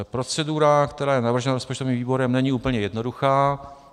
Procedura, která je navržena rozpočtovým výborem, není úplně jednoduchá.